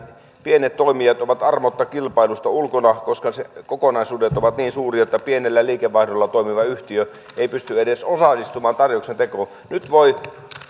pienet toimijat ovat armotta kilpailusta ulkona koska kokonaisuudet ovat niin suuria että pienellä liikevaihdolla toimiva yhtiö ei pysty edes osallistumaan tarjouksen tekoon nyt voi